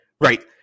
right